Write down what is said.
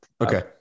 Okay